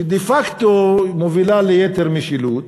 שדה-פקטו מובילה ליתר משילות,